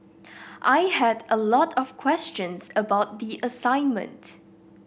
I had a lot of questions about the assignment